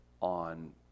on